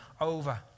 over